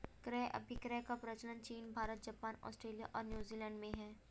क्रय अभिक्रय का प्रचलन चीन भारत, जापान, आस्ट्रेलिया और न्यूजीलैंड में है